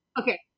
Okay